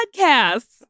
podcasts